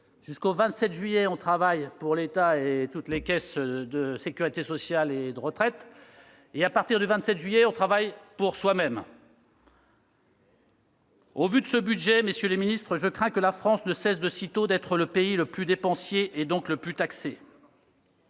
jusqu'au 27 juillet, on travaille pour l'État et toutes les caisses de sécurité sociale et de retraite ; à partir du 27 juillet, on travaille pour soi-même. Messieurs les ministres, au vu de ce projet de budget, je crains que la France ne cesse de sitôt d'être le pays le plus dépensier, donc le plus taxé.